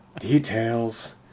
Details